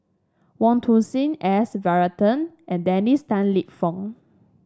Wong Tuang Seng S Varathan and Dennis Tan Lip Fong